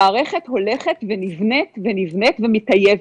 המערכת הולכת ונבנית ומטייבת.